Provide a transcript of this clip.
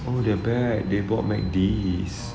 oh they are back they bought mac D